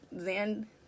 Zan